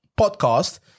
podcast